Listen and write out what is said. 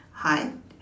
hard